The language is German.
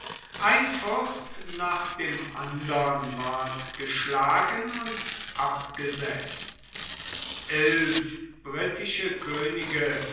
ein fürst nach dem andern ward geschlagen und abgesetzt elf britische könige